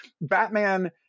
Batman